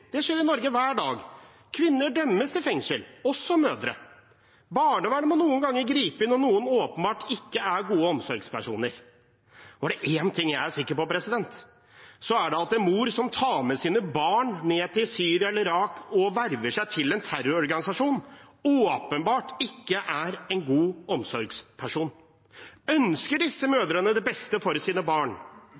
Det skjer i Norge hver dag. Kvinner dømmes til fengsel, også mødre. Barnevernet må noen ganger gripe inn når noen åpenbart ikke er gode omsorgspersoner. Og er det én ting jeg er sikker på, er det at en mor som tar med sine barn ned til Syria, eller Irak, og verver seg til en terrororganisasjon, åpenbart ikke er en god omsorgsperson. Ønsker disse mødrene det beste for sine barn,